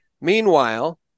Meanwhile